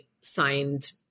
signed